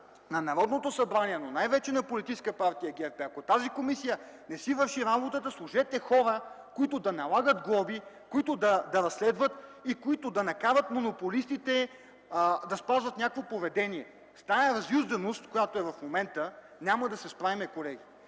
на Народното събрание, но най-вече на Политическа партия ГЕРБ е, ако тази комисия не си върши работата, сложете хора, които да налагат глоби, които да разследват, и които да накарат монополистите да спазват някакво поведение. С тази разюзданост, която е в момента, колеги, няма да се справим.